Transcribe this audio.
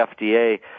FDA